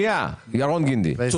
או-או.